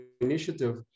Initiative